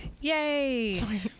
Yay